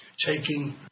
Taking